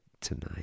tonight